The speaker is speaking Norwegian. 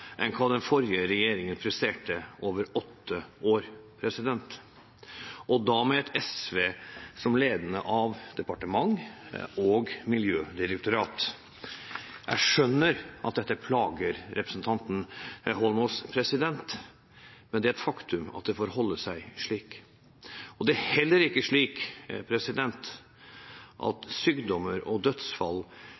enn hva den forrige regjeringen presterte over åtte år, og da med SV som ledende av departement og Miljødirektorat. Jeg skjønner at dette plager representanten Holmås, men det er et faktum at det forholder seg slik. Det er heller ikke slik at sykdommer og dødsfall